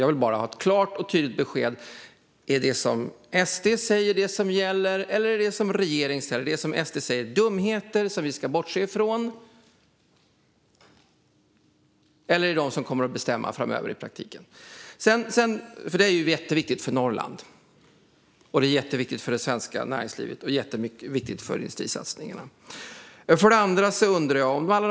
Jag vill bara ha ett klart och tydligt besked. Är det som SD säger det som gäller, eller är det som regeringen säger det som gäller? Är det som SD säger dumheter som vi ska bortse ifrån, eller är det de som i praktiken kommer att bestämma framöver? Det är jätteviktigt för Norrland, jätteviktigt för det svenska näringslivet och jätteviktigt för industrisatsningarna. För det andra undrar jag om följande.